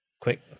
quick